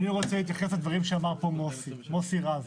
להתייחס לדברים שאמר פה חבר הכנסת מוסי רז.